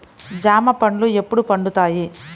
జామ పండ్లు ఎప్పుడు పండుతాయి?